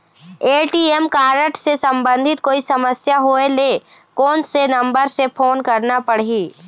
ATM card से संबंधित कोई समस्या होय ले, कोन से नंबर से फोन करना पढ़ही?